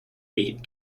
eight